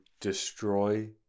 destroy